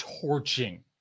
torching